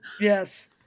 Yes